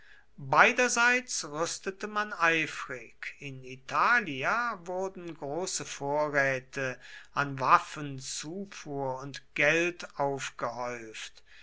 beiderseits rüstete man eifrig in italia wurden große vorräte an waffen zufuhr und geld aufgehäuft